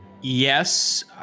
Yes